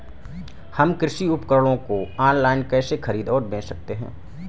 हम कृषि उपकरणों को ऑनलाइन कैसे खरीद और बेच सकते हैं?